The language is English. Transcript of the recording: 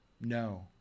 No